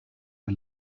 the